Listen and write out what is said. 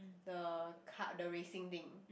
the kart the racing thing